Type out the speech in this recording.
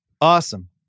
Awesome